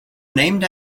named